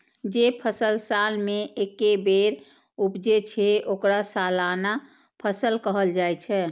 जे फसल साल मे एके बेर उपजै छै, ओकरा सालाना फसल कहल जाइ छै